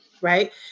right